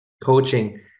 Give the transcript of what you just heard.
coaching